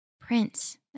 Prince